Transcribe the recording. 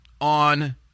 on